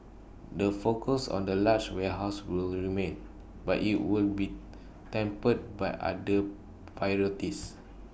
the focus on the large warehouses will remain but IT will be tempered by other priorities